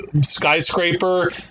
skyscraper